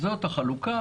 זאת החלוקה,